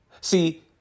See